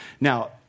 Now